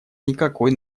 никакой